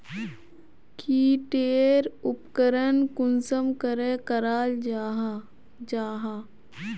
की टेर उपकरण कुंसम करे कराल जाहा जाहा?